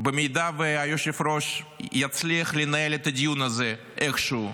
אם היושב-ראש יצליח לנהל את הדיון הזה איכשהו,